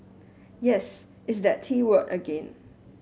yes it's that T word again